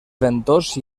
ventós